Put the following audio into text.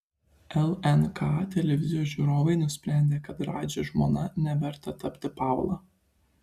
lnk televizijos žiūrovai nusprendė kad radži žmona neverta tapti paula